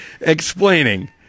explaining